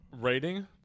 rating